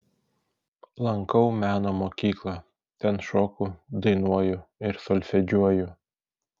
lankau meno mokyklą ten šoku dainuoju ir solfedžiuoju